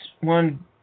one